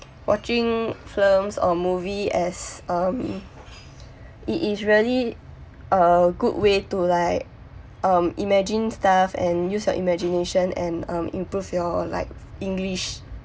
watching films or movie as um it is really a good way to like um imagine stuff and use your imagination and um improve your like english